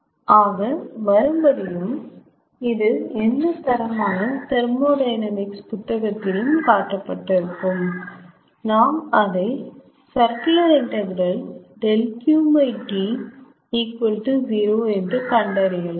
ஆக மறுபடியும் இது எந்த தரமான தெர்மோடையனாமிக்ஸ் புத்தகத்திலும் காட்டப்பட்டுருக்கும் நாம் அதை ∮ 𝛿𝑄𝑇 |𝑟𝑒𝑣 ௦ என்று கண்டறியலாம்